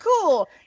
cool